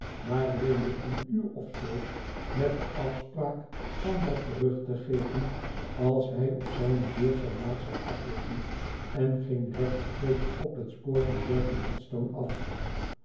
maar leende een uur of zoo met de afspraak van dat terug te geven als hij op zijne betirt zijn maat zou aflossen en ging rechtstreeks op het spoor van bradley headstone af